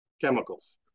chemicals